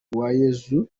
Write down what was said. uwayezu